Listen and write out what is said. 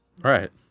Right